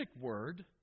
Word